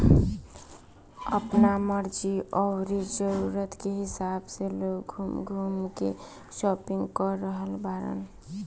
आपना मर्जी अउरी जरुरत के हिसाब से लोग घूम घूम के शापिंग कर रहल बाड़न